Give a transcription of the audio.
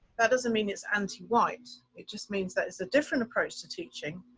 that doesn't mean it's anti white, it just means that it's a different approach to teaching.